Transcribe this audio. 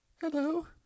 Hello